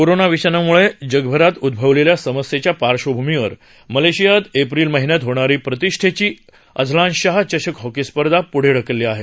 corona विषाणमळे जगभरात उदभवलेल्या समस्येच्या पार्श्वभूमीवर मलेशियात एप्रिल महिन्यात होणारी प्रतिष्ठेची अझलान शाह चषक हॉकी स्पर्धा प्ढे ढकलली आहे